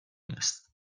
است